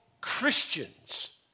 Christians